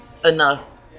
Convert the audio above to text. enough